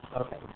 Okay